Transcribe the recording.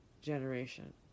generation